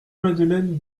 madeleine